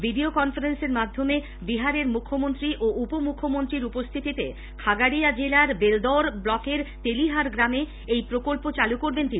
video কনফারেন্সের মাধ্যমে বিহারের মুখ্যমন্ত্রী ও উপমুখ্যমন্ত্রীর উপস্থিতিতে খাগড়িয়া জেলার বেলদৌড় ব্লকের তেলিহাড় গ্রামে এই প্রকল্প চালু করবেন তিনি